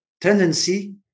tendency